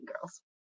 Girls